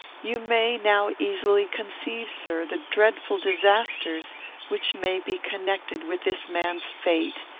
you may now easily conceive, sir, the dreadful disasters which may be connected with this man's fate,